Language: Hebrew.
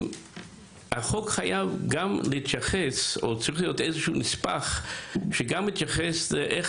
החוק חייב להתייחס או צריך להיות איזשהו נספח שמתייחס ואומר